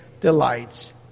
delights